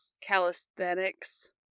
Calisthenics